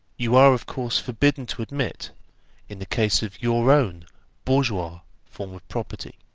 you are of course forbidden to admit in the case of your own bourgeois form of property.